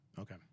Okay